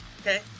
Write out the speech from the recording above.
okay